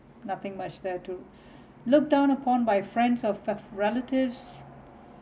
nothing much there to look down upon by friends or f~ relatives